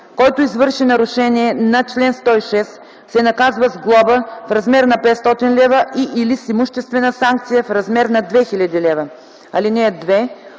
Който извърши нарушение на чл. 106, се наказва с глоба в размер на 500 лв. и/или с имуществена санкция в размер на 2000 лв. (2)